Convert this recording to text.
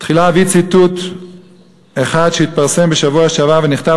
תחילה אביא ציטוט אחד שהתפרסם בשבוע שעבר ונכתב